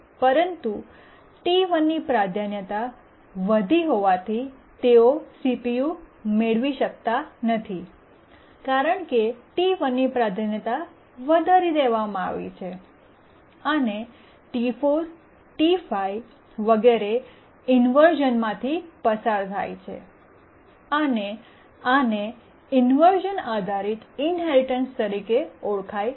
પરંતુ ટી 1 ની પ્રાધાન્યતા વધી હોવાથી તેઓ CPU મેળવી શકતા નથી કારણ કે T 1 ની પ્રાધાન્યતા વધારી દેવામાં આવી છે અને T4 T5 વગેરે ઇન્વર્શ઼નમાંથી પસાર થાય છે અને આને ઇન્વર્શ઼ન આધારિત ઇન્હેરિટન્સ તરીકે ઓળખાય છે